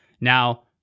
Now